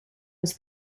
his